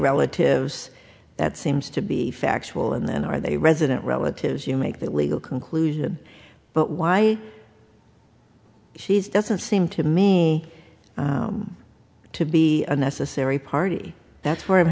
relatives that seems to be factual and then are they resident relatives you make that legal conclusion but why he's doesn't seem to me to be a necessary party that's why i'm